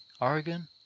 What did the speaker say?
Oregon